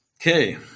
Okay